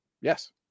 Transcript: Yes